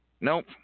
Nope